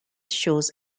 shows